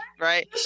right